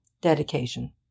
Dedication